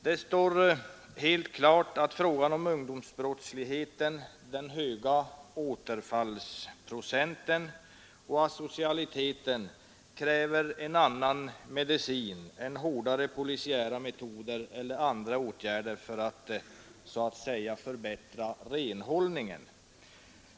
Det står helt klart att frågan om ungdomsbrottsligheten, den höga återfallsprocenten och asocialiteten kräver en annan medicin än hårdhäntare polisiära metoder eller andra åtgärder för att så att säga förbättra renhållningen.